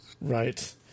Right